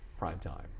primetime